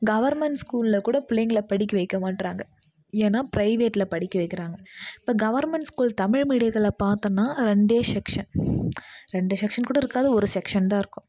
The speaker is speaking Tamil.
கவர்மெண்ட் ஸ்கூலில் கூட பிள்ளைங்களை படிக்க வைக்க மாட்டறாங்க ஏன்னால் ப்ரைவேட்டில் படிக்க வைக்கிறாங்க இப்போ கவர்மெண்ட் ஸ்கூல் தமிழ் மீடியத்தில் பார்த்தோன்னா ரெண்டே செக்ஷன் ரெண்டு செக்ஷன் கூட இருக்காது ஒரு செக்ஷன் தான் இருக்கும்